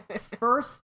first